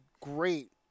great